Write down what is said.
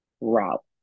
route